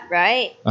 right